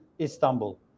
Istanbul